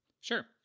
Sure